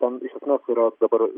ten iš esmės yra dabar